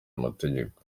amategeko